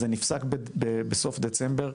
זה נפסק בסוף דצמבר,